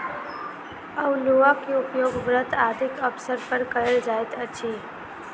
अउलुआ के उपयोग व्रत आदिक अवसर पर कयल जाइत अछि